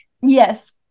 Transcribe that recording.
Yes